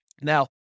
Now